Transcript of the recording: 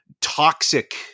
toxic